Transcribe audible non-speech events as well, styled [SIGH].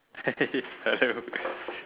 [LAUGHS] hello